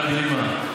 על בלימה.